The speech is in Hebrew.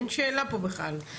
אין שאלה פה בכלל.